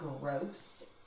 gross